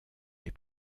les